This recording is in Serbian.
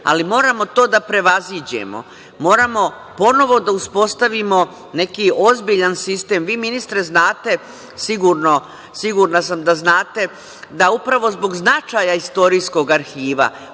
ali moramo to da prevaziđemo. Moramo ponovo da uspostavimo neki ozbiljan sistem. Vi ministre, znate sigurno da upravo zbog značaja Istorijskog arhiva